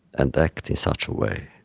and act in such a way